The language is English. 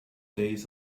days